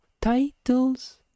titles